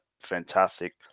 fantastic